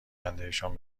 آیندهشان